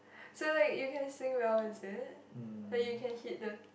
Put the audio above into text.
so like you can sing well is it like you can hit the